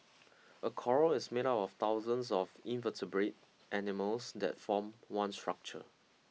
a coral is made up of thousands of invertebrate animals that form one structure